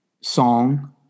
song